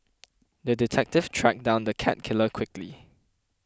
the detective tracked down the cat killer quickly